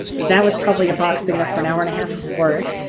that was probably a box big enough for an hour and a half of work.